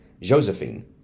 Josephine